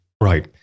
right